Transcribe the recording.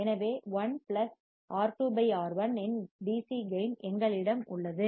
எனவே 1 R2 R1 இன் DC கேயின் எங்களிடம் உள்ளது